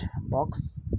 box